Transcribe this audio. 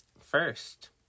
first